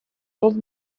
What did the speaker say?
tot